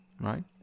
right